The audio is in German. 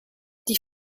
die